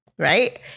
right